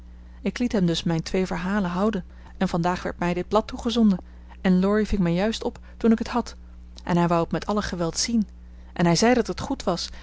ik liet hem dus mijn twee verhalen houden en vandaag werd mij dit blad toegezonden en laurie ving mij juist op toen ik het had en hij wou het met alle geweld zien en hij zei dat het goed was